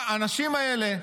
האנשים האלה,